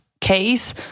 case